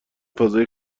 فضای